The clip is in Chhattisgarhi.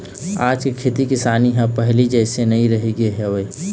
आज के खेती किसानी ह अब पहिली जइसे नइ रहिगे हवय